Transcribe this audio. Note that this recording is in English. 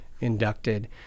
inducted